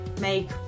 make